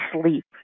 sleep